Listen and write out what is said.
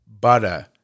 butter